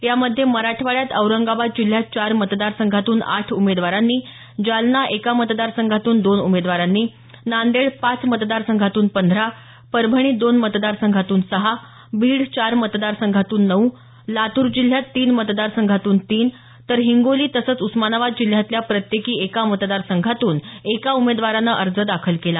यामध्ये मराठवाड्यात औरंगाबाद जिल्ह्यात चार मतदारसंघातून आठ उमेदवारांनी जालना एका मतदारसंघातून दोन उमेदवारांनी नांदेड पाच मतदारसंघातून पंधरा परभणी दोन मतदारसंघातून सहा बीड चार मतदारसंघातून नऊ लातूर जिल्ह्यात तीन मतदार संघातून तीन तर हिंगोली तसंच उस्मानाबाद जिल्ह्यातल्या प्रत्येकी एका मतदारसंघातून एका उमेदवारानं अर्ज दाखल केला